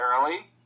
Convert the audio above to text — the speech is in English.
early